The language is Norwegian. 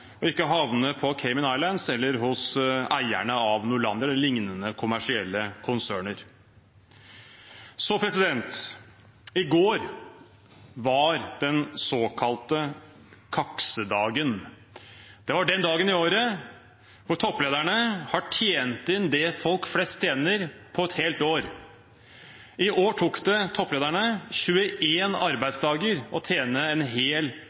og ikke havne på Cayman Islands eller hos eierne av Norlandia eller lignende kommersielle konserner. I går var den såkalte kaksedagen. Det var den dagen i året hvor topplederne har tjent inn det folk flest tjener på et helt år. I år tok det topplederne 21 arbeidsdager å tjene en hel,